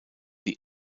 the